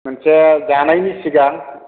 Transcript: मोनसे जानायनि सिगां